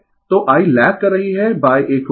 तो I lag कर रही है एक कोण θ